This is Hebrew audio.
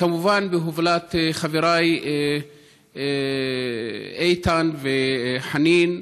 כמובן בהובלת חבריי איתן וחנין,